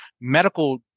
medical